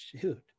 Shoot